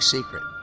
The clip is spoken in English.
Secret